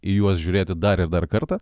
į juos žiūrėti dar ir dar kartą